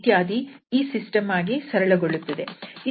ಇತ್ಯಾದಿ ಈ ಸಿಸ್ಟಮ್ ಆಗಿ ಸರಳಗೊಳ್ಳುತ್ತದೆ